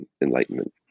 Enlightenment